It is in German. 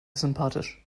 sympathisch